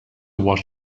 wash